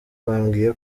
bambwiye